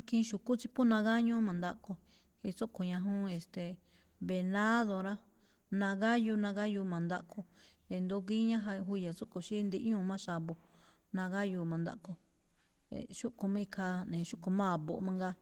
Ikhiin xu̱kú tsí phú nagáñúú ma̱ndaꞌkho, khiin tsúꞌkho̱ ñajúún, e̱ste̱e̱, venado rá, nagáyuu, nagáyuu ma̱ndaꞌkho, e̱ndo̱ó gíñá jayá-juya̱ tsúꞌkho̱ xí ndíꞌñúu̱ má xa̱bo̱, nagáyuu̱ ma̱ndaꞌkho. E̱e̱, xúꞌkho̱ má ikhaa, jne̱e̱, xúꞌkho̱ má a̱bo̱ꞌ mangaa,